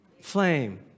Flame